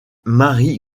mary